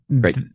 Great